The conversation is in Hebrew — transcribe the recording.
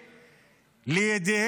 משטרה לידי